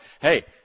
hey